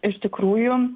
iš tikrųjų